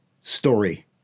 story